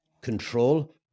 control